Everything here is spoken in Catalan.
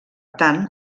tant